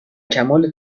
کمال